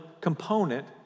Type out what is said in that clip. component